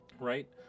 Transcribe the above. right